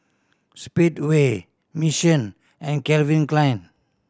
Speedway Mission and Calvin Klein